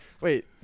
wait